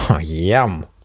yum